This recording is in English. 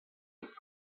with